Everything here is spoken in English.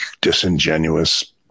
disingenuous